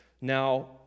Now